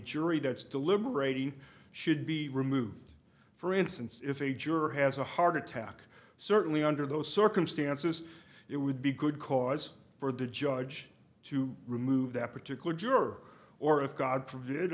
jury that's deliberating should be removed for instance if a juror has a heart attack certainly under those circumstances it would be good cause for the judge to remove that particular juror or if god forbid